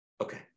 Okay